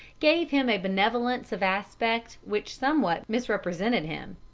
gave him a benevolence of aspect which somewhat misrepresented him.